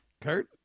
Kurt